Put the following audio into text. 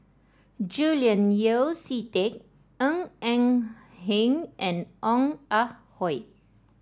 Julian Yeo See Teck Ng Eng Hen and Ong Ah Hoi